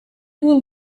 will